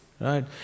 Right